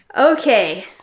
Okay